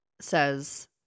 says